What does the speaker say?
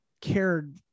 cared